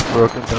broken